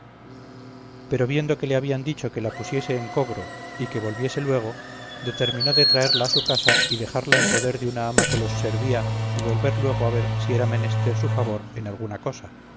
pero viendo que le habian dicho que la pusiese en cobro y que volviese luego determinó de traerla á su casa y dejarla en poder de una ama que les servía y volver luego á ver si era menester su favor en alguna cosa